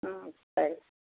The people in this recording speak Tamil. ம் சரி